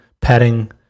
padding